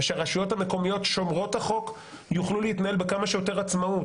ושהרשויות המקומיות שומרות החוק יוכלו להתנהל בכמה שיותר עצמאות